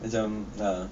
macam ah